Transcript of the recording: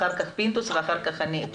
אחר כך ח"כ פינדרוס ולאחר מכן אסכם.